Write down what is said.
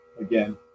again